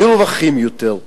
מרווחים יותר,